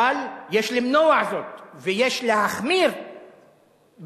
אבל יש למנוע זאת ויש להחמיר בענישה.